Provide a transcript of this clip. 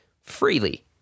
freely